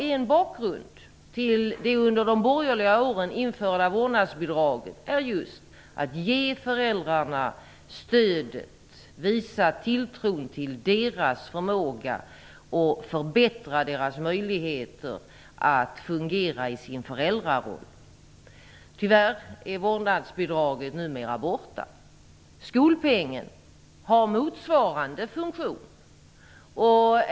En bakgrund till det under de borgerliga åren införda vårdnadsbidraget är just att ge föräldrarna stöd, visa tilltro till deras förmåga och förbättra deras möjligheter att fungera i sin föräldraroll. Tyvärr är vårdnadsbidraget numera borta. Skolpengen har motsvarande funktion.